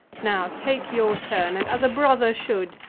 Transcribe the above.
now take your turn and, as a brother should,